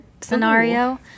scenario